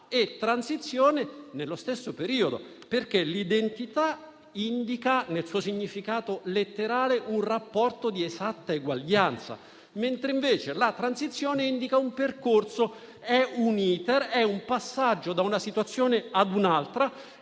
e transizione, nello stesso periodo. L'identità indica infatti, nel suo significato letterale, un rapporto di esatta eguaglianza; mentre invece la transizione indica un percorso, un *iter*, un passaggio da una situazione ad un'altra